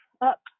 up